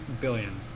billion